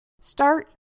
Start